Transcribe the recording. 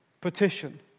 petition